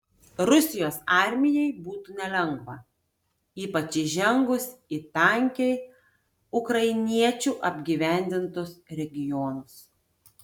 rusijos armijai būtų nelengva ypač įžengus į tankiai ukrainiečių apgyvendintus regionus